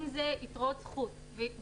אם זה יתרות זכות בשקלים,